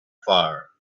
fire